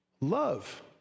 love